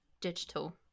digital